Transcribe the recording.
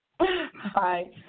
Hi